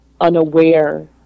unaware